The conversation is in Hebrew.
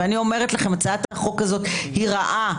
ואני אומרת לכם: הצעת החוק הזאת היא רעה,